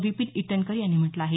विपीन इटनकर यांनी म्हटलं आहे